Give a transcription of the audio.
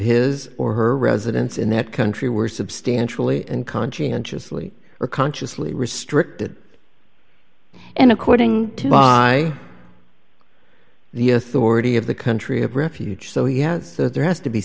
his or her residence in that country were substantially and conscientiously or consciously restricted and according to by the authority of the country of refuge so he has there has to be